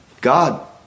God